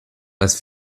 was